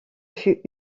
fut